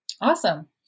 Awesome